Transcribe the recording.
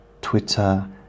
Twitter